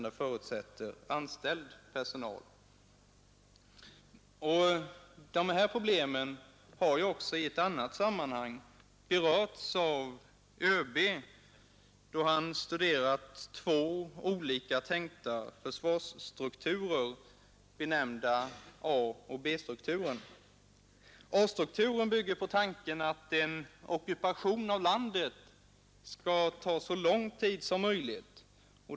Dessa problem har ju också i annat sammanhang berörts av överbefälhavaren då han studerat två olika försvarsstrukturer som benämnts A och B. A-strukturen bygger på tanken att en ockupation av landet skall ta så lång tid som möjligt.